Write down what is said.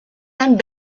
and